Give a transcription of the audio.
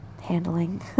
handling